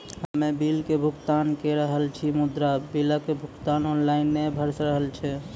हम्मे बिलक भुगतान के रहल छी मुदा, बिलक भुगतान ऑनलाइन नै भऽ रहल छै?